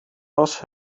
was